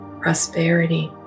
prosperity